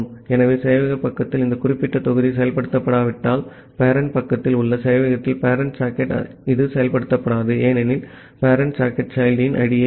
ஆகவே சேவையக பக்கத்தில் இந்த குறிப்பிட்ட தொகுதி செயல்படுத்தப்படாவிட்டால் பேரெண்ட் பக்கத்தில் உள்ள சேவையகத்தில் பேரெண்ட் சாக்கெட் இது செயல்படுத்தப்படாது ஏனெனில் பேரெண்ட் சாக்கெட் childயின் ஐடியைத் தரும்